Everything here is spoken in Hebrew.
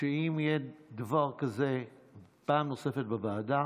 שאם יהיה דבר כזה פעם נוספת בוועדה,